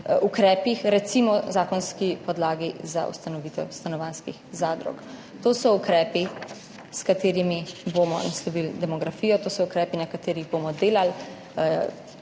ukrepih, recimo zakonski podlagi za ustanovitev stanovanjskih zadrug. To so ukrepi, s katerimi bomo naslovili demografijo, to so ukrepi, na katerih bomo delali.